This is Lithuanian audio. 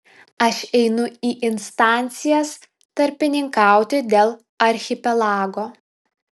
aš einu į instancijas tarpininkauti dėl archipelago